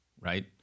right